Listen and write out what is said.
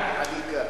חניקה